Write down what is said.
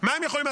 מה היה הבוקר?